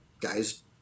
guys